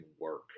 work